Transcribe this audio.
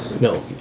No